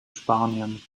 spanien